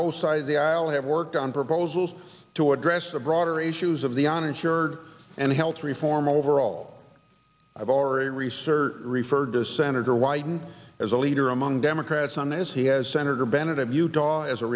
both sides of the aisle have worked on proposals to address the broader issues of the uninsured and health reform overall i've already research referred to senator wyden as a leader among democrats on this he has senator bennett of utah as a